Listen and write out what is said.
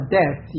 death